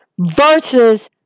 versus